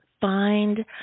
find